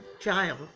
child